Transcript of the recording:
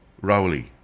Rowley